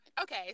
Okay